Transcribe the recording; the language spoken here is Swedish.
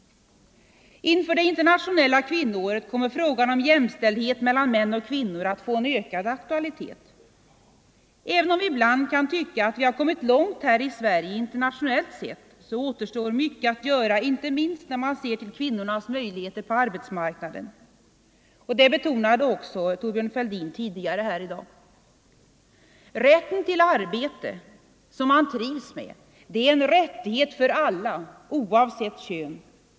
Inför det internationella kvinnoåret kommer frågan om jämställdhet mellan män och kvinnor att få en ökad aktualitet. Även om vi ibland kan tyckas ha kommit långt här i Sverige internationellt sett så återstår mycket att göra inte minst när man ser till kvinnornas möjligheter på arbetsmarknaden. Det betonade också Thorbjörn Fälldin tidigare här i dag. Rätten till arbete som man trivs med är en rättighet för alla oavsett kön.